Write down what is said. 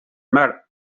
mar